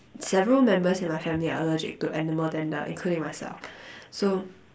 several members in my family are allergic to animal dander including myself so